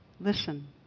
listen